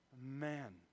man